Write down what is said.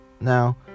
Now